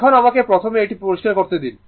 এখন আমাকে প্রথমে এটি পরিষ্কার করতে দিন